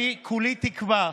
אני כולי תקווה,